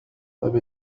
أبي